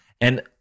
And-